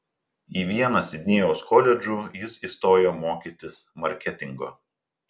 į vieną sidnėjaus koledžų jis įstojo mokytis marketingo